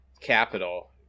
capital